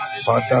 Father